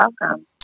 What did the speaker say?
welcome